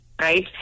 right